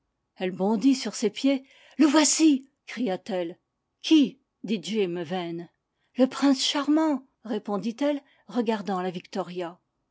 elle bondit sur ses pieds le voici cria-t-elle qui dit jim yane le prince charmant répondit-elle regardant la victoria